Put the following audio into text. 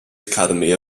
academy